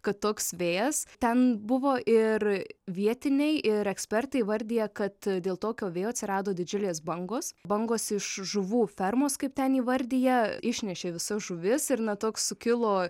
kad toks vėjas ten buvo ir vietiniai ir ekspertai įvardija kad dėl tokio vėjo atsirado didžiulės bangos bangos iš žuvų fermos kaip ten įvardija išnešė visas žuvis ir na toks sukilo